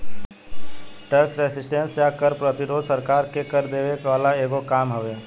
tax resistance या कर प्रतिरोध सरकार के कर देवे वाला एगो काम हवे